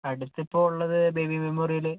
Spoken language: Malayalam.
അടുത്തിപ്പോൾ ഉള്ളത് ബേബി മെമ്മോറിയൽ